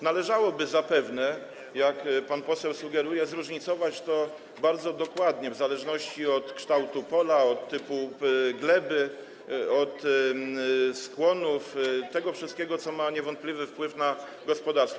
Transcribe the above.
Należałoby zapewne, jak pan poseł sugeruje, zróżnicować to bardzo dokładnie w zależności od kształtu pola, od typu gleby, od skłonów, od tego wszystkiego, co niewątpliwie ma wpływ na gospodarstwo.